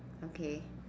okay